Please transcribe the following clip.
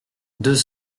deux